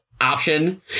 option